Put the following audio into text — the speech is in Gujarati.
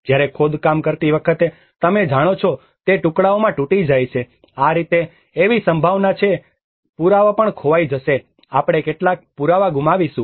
જ્યારે ખોદકામ કરતી વખતે તમે જાણો છો તે ટુકડાઓમાં તૂટી જાય છે આ રીતે એવી સંભાવના છે કે પુરાવા પણ ખોવાઈ જશે આપણે કેટલાક પુરાવા ગુમાવીશું